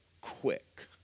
quick